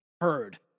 heard